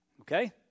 Okay